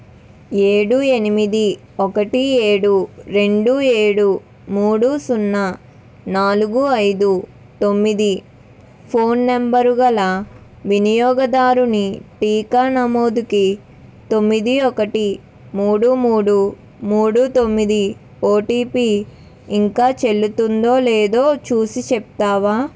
ఏడు ఎనిమిది ఒకటి ఏడు రెండు ఏడు మూడు సున్నా నాలుగు ఐదు తొమ్మిది ఫోన్ నంబరు గల వినియోగదారుని టీకా నమోదుకి తొమ్మిది ఒకటి మూడు మూడు మూడు తొమ్మిది ఓటీపి ఇంకా చెల్లుతుందో లేదో చూసి చెప్తావా